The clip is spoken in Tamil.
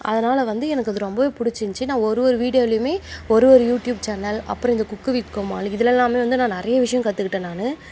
அதனால் வந்து எனக்கு அது ரொம்பவே பிடிச்சிருந்துச்சி நான் ஒரு ஒரு வீடியோலேயுமே ஒரு ஒரு யூடியூப் சேனல் அப்புறம் இந்த குக்கு வித் கோமாளி இதிலெல்லாமே வந்து நான் நிறைய விஷயம் கற்றுக்கிட்டேன் நான்